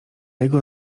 jego